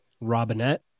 Robinette